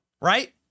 right